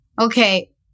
okay